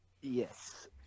yes